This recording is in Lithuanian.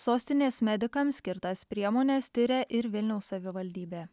sostinės medikams skirtas priemones tiria ir vilniaus savivaldybė